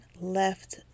left